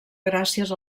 gràcies